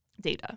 data